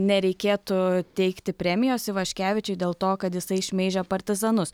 nereikėtų teikti premijos ivaškevičiui dėl to kad jisai šmeižia partizanus